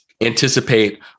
anticipate